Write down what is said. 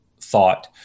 thought